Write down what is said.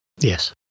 Yes